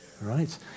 right